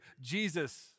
Jesus